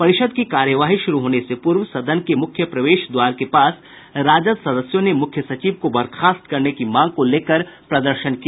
परिषद् की कार्यवाही शुरू होने से पूर्व सदन के मुख्य प्रवेश द्वार के पास राजद सदस्यों ने मुख्य सचिव को बर्खास्त करने की मांग को लेकर प्रदर्शन किया